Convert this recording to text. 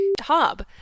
hob